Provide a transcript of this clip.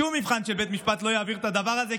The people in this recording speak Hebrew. שום מבחן של בית משפט לא יעביר את הדבר הזה,